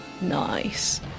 Nice